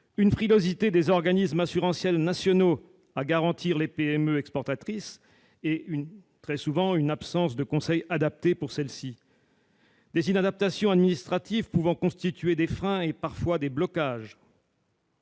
une frilosité des organismes assurantiels nationaux à garantir les PME exportatrices et, très souvent, une absence de conseils adaptés pour celles-ci ; enfin, des inadaptations administratives pouvant constituer des freins et parfois des blocages.